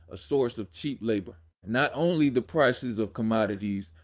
a source of cheap labor. not only the prices of commodities,